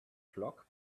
flock